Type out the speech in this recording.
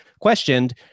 questioned